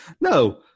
No